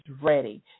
ready